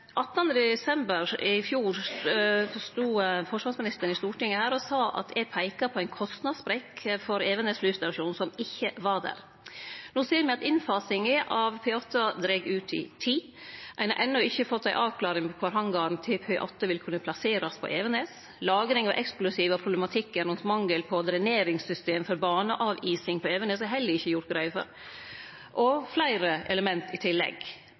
desember i fjor stod forsvarsministeren i Stortinget og sa at eg peika på ein kostnadssprekk for Evenes flystasjon som ikkje var der. No ser me at innfasinga av P8 dreg ut i tid. Ein har enno ikkje fått ei avklaring på kvar hangaren til P8 vil kunne plasserast på Evenes. Lagring av eksplosiv og problematikken rundt mangel på dreneringssystem for baneavising på Evenes er det heller ikkje gjort greie for – og fleire element i tillegg.